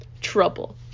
Trouble